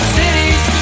cities